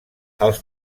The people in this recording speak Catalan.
els